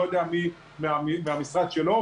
לא יודע מי מהמשרד שלו,